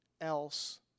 else